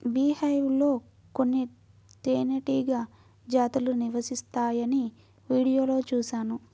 beehive లో కొన్ని తేనెటీగ జాతులు నివసిస్తాయని వీడియోలో చూశాను